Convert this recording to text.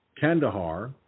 Kandahar